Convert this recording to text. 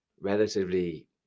relatively